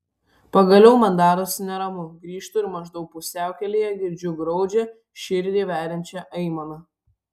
pagaliau man darosi neramu grįžtu ir maždaug pusiaukelėje girdžiu graudžią širdį veriančią aimaną